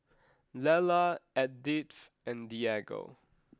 Lela Edythe and Diego